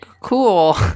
cool